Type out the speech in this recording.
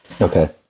Okay